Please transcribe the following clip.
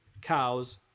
Cows